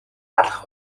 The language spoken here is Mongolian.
алах